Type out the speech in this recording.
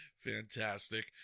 Fantastic